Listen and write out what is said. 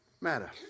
matter